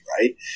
right